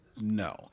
no